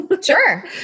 Sure